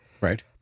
Right